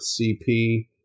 CP